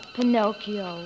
Pinocchio